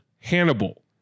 Hannibal